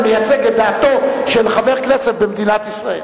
זה מייצג את דעתו של חבר כנסת במדינת ישראל.